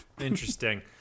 Interesting